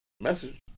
Message